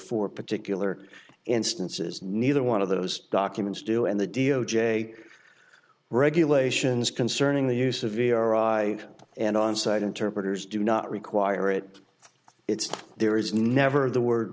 for particular instances neither one of those documents do and the d o j regulations concerning the use of iraq i and onsite interpreters do not require it it's there is never the word